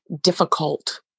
difficult